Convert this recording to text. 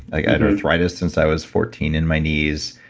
i got arthritis since i was fourteen in my knees,